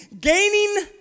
gaining